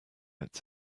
its